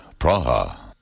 Praha